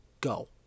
Go